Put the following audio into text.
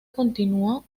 continuó